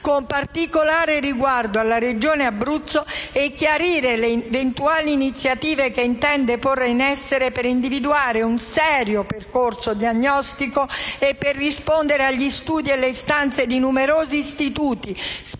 con particolare riguardo alla Regione Abruzzo, e di chiarire le eventuali iniziative che intende porre in essere per individuare un serio percorso diagnostico e per rispondere agli studi e alle istanze di numerosi istituti, specialisti